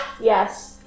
Yes